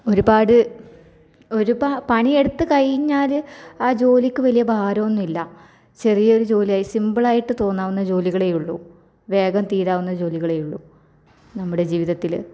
ഒരുപാട് ഒരു പ പണിയെടുത്ത് കഴിഞ്ഞാല് ആ ജോലിക്ക് വലിയ ഭാരമൊന്നും ഇല്ല ചെറിയൊരു ജോലി ആയി സിമ്പിൾ ആയിട്ട് തോന്നാവുന്ന ജോലികളേ ഉള്ളു വേഗം തീരാവുന്ന ജോലികളെ ഉള്ളു നമ്മുടെ ജീവിതത്തില്